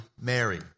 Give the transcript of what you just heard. Mary